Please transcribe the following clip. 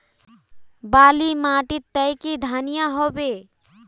बाली माटी तई की धनिया होबे?